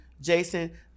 Jason